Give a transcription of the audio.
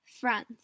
France